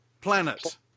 Planet